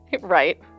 right